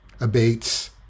abates